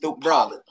bro